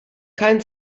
kein